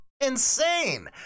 Insane